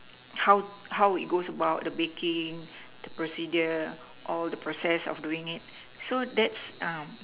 how how it goes while at the baking the procedure all the process of doing it so that's